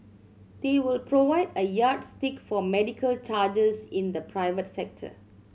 they will provide a yardstick for medical charges in the private sector